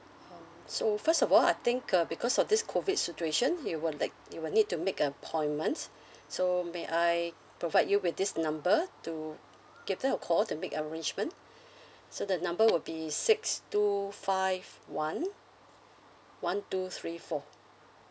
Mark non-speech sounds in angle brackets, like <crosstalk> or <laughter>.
um so first of all I think uh because of this COVID situation you will like you will need to make an appointment so may I provide you with this number to give them a call to make arrangement <breath> so the number will be six two five one one two three four